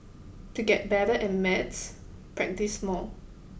to get better and maths practise more